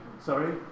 Sorry